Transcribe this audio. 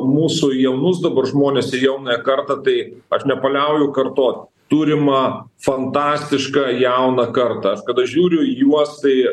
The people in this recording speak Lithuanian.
mūsų jaunus dabar žmones ir jaunąją kartą tai aš nepaliauju kartot turim fantastišką jauną kartą aš kada žiūriu į juos tai